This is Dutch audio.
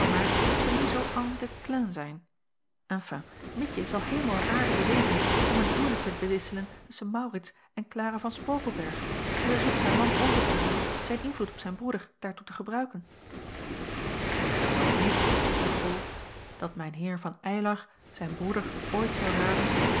dat ze nu zoo en déclin zijn enfin mietje zal hemel en aarde bewegen om een huwelijk te bedisselen tusschen maurits en klara van sporkelberghe en zij zoekt haar man over te halen zijn invloed op zijn broeder daartoe te gebruiken ik geloof niet zeide bol dat mijn heer van eylar zijn broeder ooit zal raden